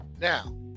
now